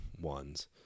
ones